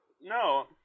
No